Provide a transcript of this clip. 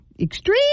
Extreme